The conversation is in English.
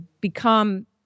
become